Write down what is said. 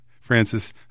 Francis